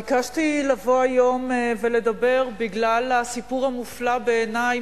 ביקשתי לבוא היום ולדבר בגלל הסיפור המופלא בעיני,